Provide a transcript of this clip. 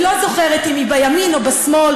היא לא זוכרת אם היא בימין או בשמאל,